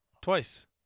Twice